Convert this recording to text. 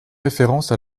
référence